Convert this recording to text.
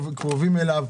אנחנו קרובים אליהם.